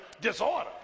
disorder